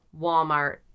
Walmart